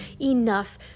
enough